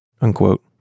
unquote